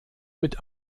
mit